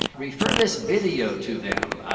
refer this video to them.